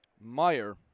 Meyer